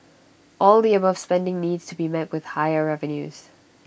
all the above spending needs to be met with higher revenues